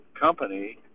company